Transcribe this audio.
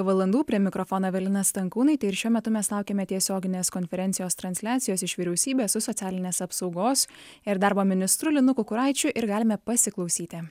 valandų prie mikrofono evelina stankūnaitė ir šiuo metu mes laukiame tiesioginės konferencijos transliacijos iš vyriausybės su socialinės apsaugos ir darbo ministru linu kukuraičiu ir galime pasiklausyti